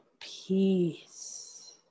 peace